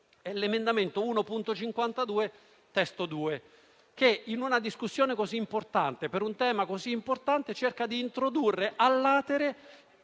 è l'emendamento 1.52 (testo 2), che in una discussione così importante, su un tema così rilevante, cerca di introdurre *a latere*